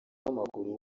w’amaguru